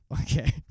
Okay